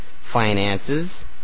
finances